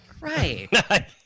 Right